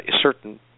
Certain